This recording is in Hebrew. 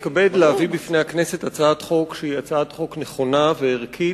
אני מתכבד להביא בפני הכנסת הצעת חוק שהיא הצעת חוק נכונה וערכית,